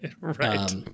right